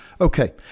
Okay